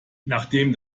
nachdem